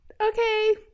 Okay